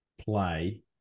play